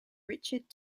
richard